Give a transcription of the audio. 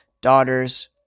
Daughters